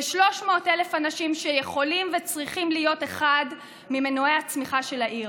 כ-300,000 אנשים שיכולים וצריכים להיות אחד ממנועי הצמיחה של העיר.